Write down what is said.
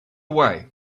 way